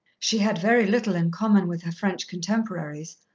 she had very little in common with her french contemporaries,